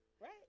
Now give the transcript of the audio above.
right